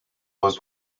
was